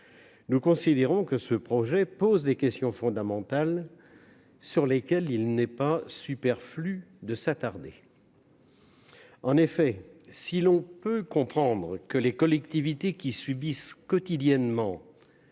nous considérons que le projet pose des questions fondamentales sur lesquelles il n'est pas superflu de s'attarder. En effet, si l'on peut comprendre que les collectivités qui subissent quotidiennement